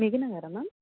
మిదనగరా ma'am